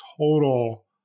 total